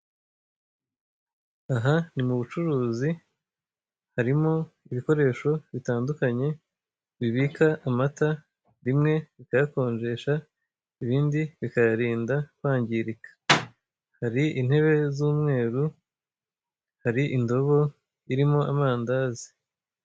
Aha ni mubucuruzi harimo ibikoresho bitandukanye bibika amata, bimwe bikayakonjesha, ibindi bikayarinda kwangirika, hari intebe z'umweru, hari indobo irimo amandazi.